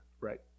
Right